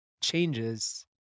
changes